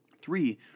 Three